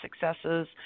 successes